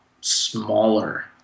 smaller